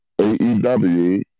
AEW